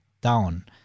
down